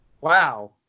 Wow